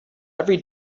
every